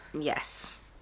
Yes